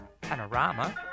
Panorama